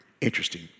Interesting